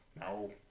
No